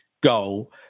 goal